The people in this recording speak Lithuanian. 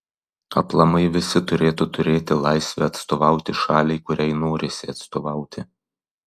aplamai visi turėtų turėti laisvę atstovauti šaliai kuriai norisi atstovauti